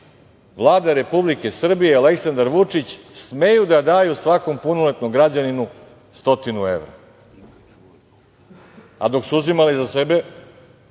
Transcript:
Vlada Republike Srbije i Aleksandar Vučić smeju da daju svakom punoletnom građaninu stotinu evra. Dok su uzimali za sebe,